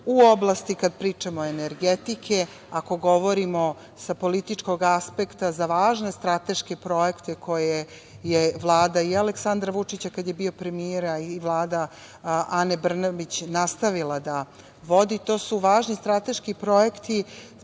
u oblasti energetike, ako govorimo sa političkog aspekta, za važne strateške projekte koje je Vlada i Aleksandra Vučića kada je bio premijer, a i Vlada Ane Brnabić nastavila da vodi. To su važni strateški projekti